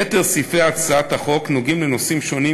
יתר סעיפי הצעת החוק נוגעים לנושאים שונים,